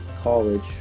college